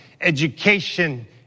education